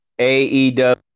AEW